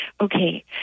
Okay